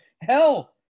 Hell